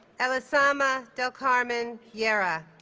elisama del carmen yeah llera